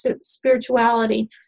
spirituality